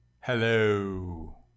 hello